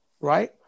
right